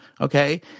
Okay